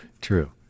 true